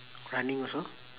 running also